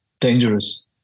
dangerous